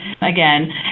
again